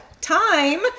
time